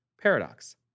paradox